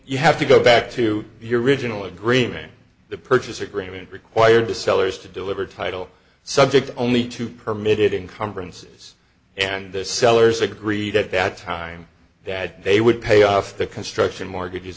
you have to go back to your original agreement the purchase agreement required the sellers to deliver title subject only to permitted incumbrances and the sellers agreed at that time that they would pay off the construction mortgages